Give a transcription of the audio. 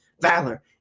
valor